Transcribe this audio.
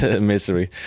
misery